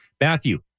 Matthew